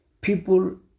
people